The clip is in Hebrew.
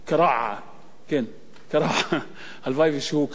כן, הלוואי שהוא קרא.